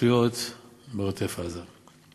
לרשויות בעוטף-עזה.